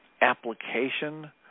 application